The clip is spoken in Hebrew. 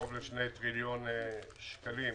קרוב לשני טריליון שקלים.